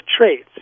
traits